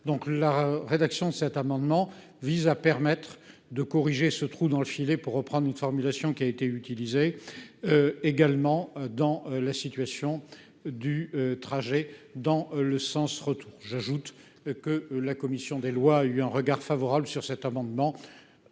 la rédaction, cet amendement vise à permettre de corriger ce trou dans le filet pour reprendre une formulation qui a été utilisé également dans la situation du trajet dans le sens retour j'ajoute que la commission des lois, il y un regard favorable sur cet amendement